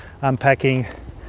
unpacking